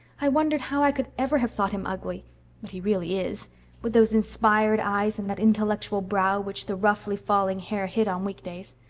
i wondered how i could ever have thought him ugly but he really is with those inspired eyes and that intellectual brow which the roughly-falling hair hid on week days.